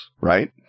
right